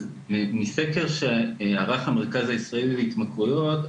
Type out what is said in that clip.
מסקר שערך המרכז הישראלי להתמכרויות,